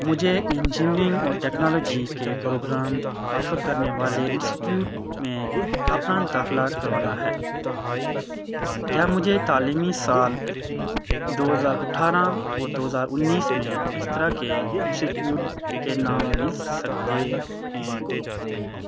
مجھے انجینئرنگ اور ٹیکنالوجی کے پروگرام آفر کرنے والے انسٹیٹیویٹ میں اپنا داخلہ کروانا ہے کیا مجھے تعلیمی سال دو ہزار اٹھارہ دو ہزار انیس میں اس طرح کے انسٹیٹیوٹ کے نام مل سکتے ہیں